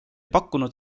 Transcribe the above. pakkunud